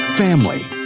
Family